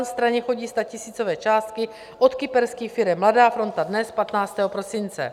Straně chodí statisícové částky od kyperských firem Mladá fronta DNES 15. prosince.